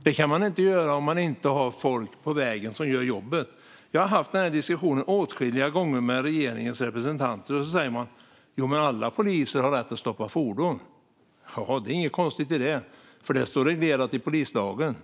Detta kan man inte göra om man inte har folk på vägen som gör jobbet. Jag har haft denna diskussion åtskilliga gånger med regeringens representanter. Då säger man: Jo, men alla poliser har rätt att stoppa fordon. Ja, det är inget konstigt med det, för det är reglerat i polislagen.